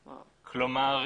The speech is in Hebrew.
כלומר,